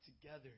together